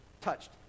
touched